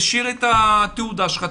תשאיר את התעודה שלך,